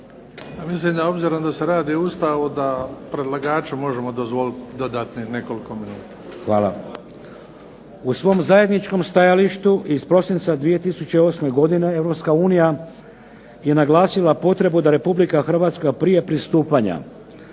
Mislim da obzirom da se radi o Ustavu da predlagaču možemo dozvoliti dodatnih nekoliko minuta. **Šeks, Vladimir (HDZ)** Hvala. U svom zajedničkom stajalištu iz prosinca 2008. godine Europska unija je naglasila potrebu da Republika Hrvatska prije pristupanja